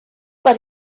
but